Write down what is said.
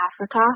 Africa